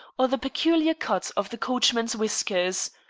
or the peculiar cut of the coachman's whiskers.